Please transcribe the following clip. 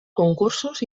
concursos